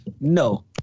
No